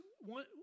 one